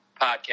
podcast